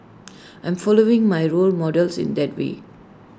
I'm following my role models in that way